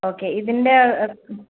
okay ഇതിൻ്റെ ആ